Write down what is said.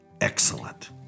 excellent